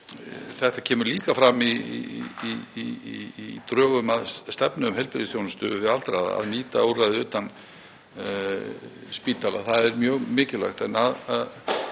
Það kemur líka fram í drögum að stefnu um heilbrigðisþjónustu við aldraða, að nýta úrræði utan spítala. Það er mjög mikilvægt. En